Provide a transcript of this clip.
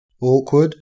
Awkward